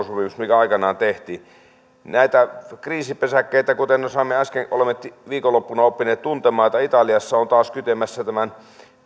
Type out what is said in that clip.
aikanaan tehtiin kun on näitä kriisipesäkkeitä kuten olemme viikonloppuna oppineet tuntemaan että italiassa on taas kytemässä tämän